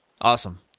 Awesome